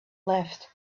left